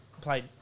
played